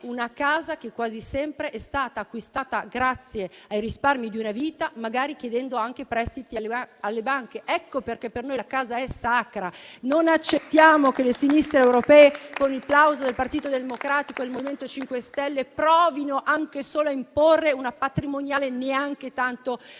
che quasi sempre è stata acquistata grazie ai risparmi di una vita, magari chiedendo prestiti alle banche. Ecco perché per noi la casa è sacra. Non accettiamo che le sinistre europee, con il plauso del Partito Democratico e del MoVimento 5 Stelle, provino anche solo a imporre una patrimoniale, neanche tanto